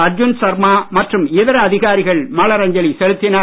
அர்ஜுன் சர்மா மற்றும் இதர அதிகாரிகள் மலரஞ்சலி செலுத்தினர்